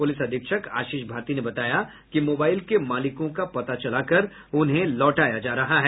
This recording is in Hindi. पुलिस अधीक्षक आशीष भारती ने बताया कि मोबाईल के मालिकों का पता चलाकर उन्हें लौटाया जा रहा है